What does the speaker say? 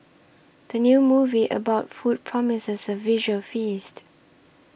the new movie about food promises a visual feast